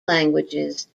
languages